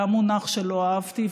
גם מונח שלא אהבתי,